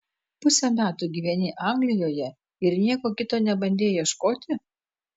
pusę metų gyveni anglijoje ir nieko kito nebandei ieškoti